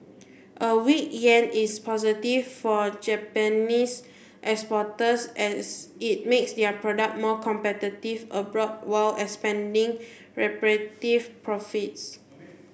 a weak yen is positive for Japanese exporters as it makes their product more competitive abroad while expanding profits